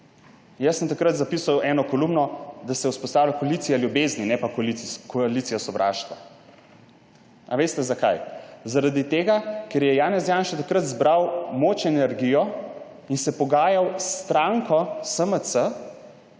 Jaz sem takrat zapisal eno kolumno, da se vzpostavlja koalicija ljubezni ne pa koalicija sovraštva. A veste zakaj? Zaradi tega, ker je Janez Janša takrat zbral moč in energijo in se pogajal s stranko SMC,